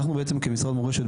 אנחנו בעצם כמשרד מורשת,